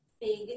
big